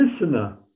listener